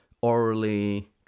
orally